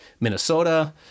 Minnesota